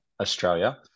Australia